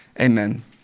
amen